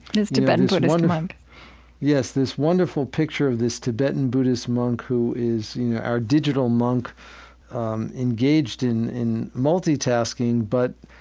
this tibetan buddhist monk yes, this wonderful picture of this tibetan buddhist monk who is you know our digital monk um engaged in in multitasking, but,